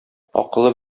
акылы